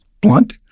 blunt